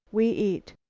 we eat!